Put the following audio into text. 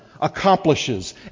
accomplishes